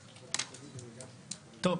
טוב.